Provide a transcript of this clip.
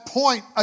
point